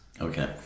Okay